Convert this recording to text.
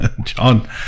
John